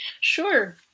Sure